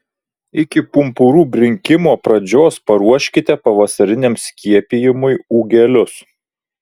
iki pumpurų brinkimo pradžios paruoškite pavasariniam skiepijimui ūgelius